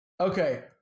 Okay